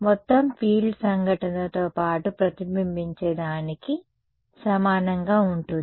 మొత్తం ఫీల్డ్ సంఘటనతో పాటు ప్రతిబింబించే దానికి సమానంగా ఉంటుంది